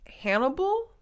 Hannibal